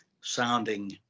sounding